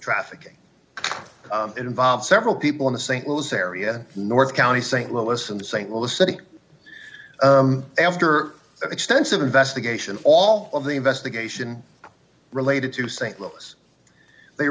trafficking involves several people in the st louis area north county st louis from st louis city after extensive investigation all of the investigation related to st louis they